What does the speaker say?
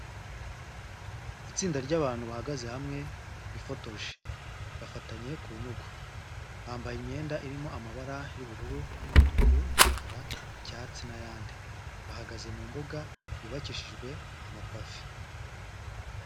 Itsinda ry'abantu bahagaze hamwe bifotoje bafatanye ku ntugu, bambaye imyenda irimo amabara y'ubururu, umutuku, umukara, icyatsi n'ayandi, bahagaze mu mbuga yubakishijwe amapave.